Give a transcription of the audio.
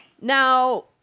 Now